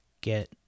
get